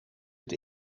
het